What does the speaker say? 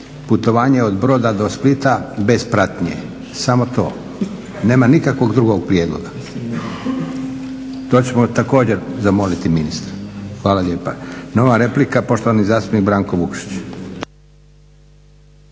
putovanje od Broda do Splita bez pratnje, samo to. Nema nikakvog drugog prijedloga. To ćemo također zamoliti ministra. Hvala lijepa. Nova replika, poštovani zastupnik Branko Vukšić.